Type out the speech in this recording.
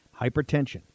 Hypertension